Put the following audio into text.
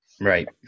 Right